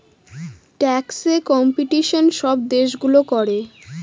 ট্যাক্সে কম্পিটিশন সব দেশগুলো করে